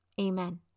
Amen